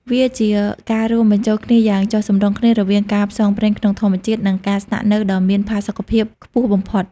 វាជាការរួមបញ្ចូលគ្នាយ៉ាងចុះសម្រុងគ្នារវាងការផ្សងព្រេងក្នុងធម្មជាតិ និងការស្នាក់នៅដ៏មានផាសុកភាពខ្ពស់បំផុត។